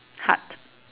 heart